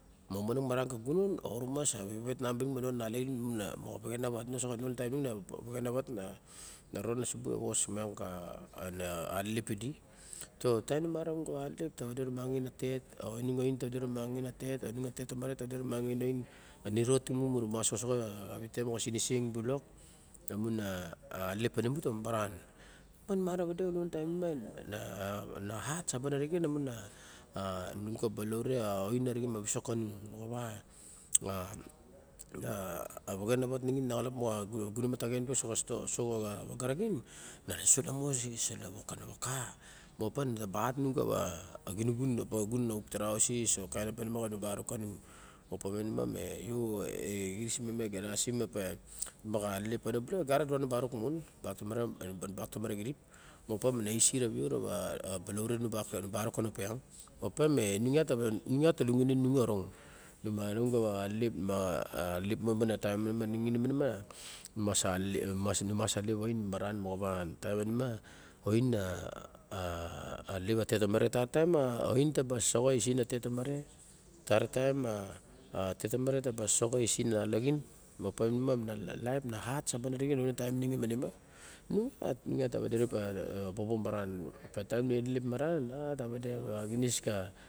Momonong maran ka gunon orong sa vevet nun baling ma ona nalagin lamun a vexan a vat. Nu osoxo vexan a vat na ronosubu a na alelep pidi. So taim numa ra alelep ta vade ru maxin a tet o inung a oiun ta vado mi ma xin a tet o inung a tet tomare ta wade ru maxin a oin. A niro timuy ra mas osoxo awite moxa sinisang bilok lamun alelep ta nimu ta ba ma maran. Opa nu marawade a lien a taim manima na hat saban arixen la mun a inung ta balaure a oin a rixen ma visok ka nung. Moxawa a na vexena wat nixin naxalup moxa gunaon mataxen soxa store soxa wa garaxin, na salamo na wa ka ma opa netaba hat nung kawa kinixun opa xun auk trousis o kaun apa kanu barokana apa manima io exis me galasim opa. Moxo elelep pano bilok viogat a duran nu barok mon. Bak tomare duran a bak tomare kirip. Mopa ma na isi mavio rava balaure anu barok kono. Opa ma inung ta luxune nung orong. Nu ma nung kava alelep maxa taim ma nixin manima. Nu mas alelep nu mas lep ain ma maran moxawa tai ma nina a oin a a lep a tet tomare. Tara taim a ain ta ba soxo a isin a nalaxin. Mapanima a laip na hat saba na rixin ka lion a taim manima. Nung iat ta ba bobo maran ka taim nnu elelp maran a ta wade a xiinis ka.